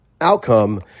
outcome